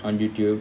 on youtube